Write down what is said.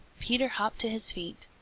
peter hopped to his feet.